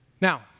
Now